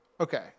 okay